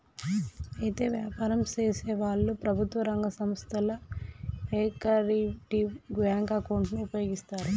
అయితే వ్యాపారం చేసేవాళ్లు ప్రభుత్వ రంగ సంస్థల యొకరిటివ్ బ్యాంకు అకౌంటును ఉపయోగిస్తారు